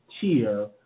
tier